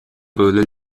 bualadh